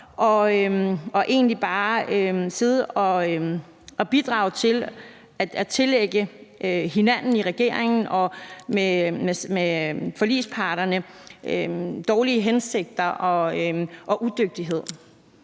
og egentlig bare sidde og bidrage til at tillægge hinanden eller os i regeringen og forligsparterne dårlige hensigter og udygtighed?